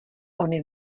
ony